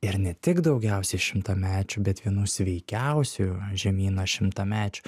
ir ne tik daugiausiai šimtamečių bet vienų sveikiausių žemyno šimtamečių